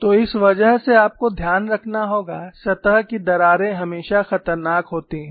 तो इस वजह से आपको ध्यान रखना होगा सतह की दरारें हमेशा खतरनाक होती हैं